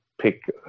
pick